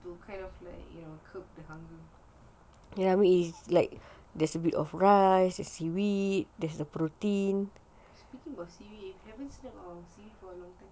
to kind of like you know cook the hunger yes speaking of seaweed we haven't snack on our seaweed for a long time